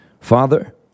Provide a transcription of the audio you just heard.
Father